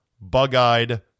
bug-eyed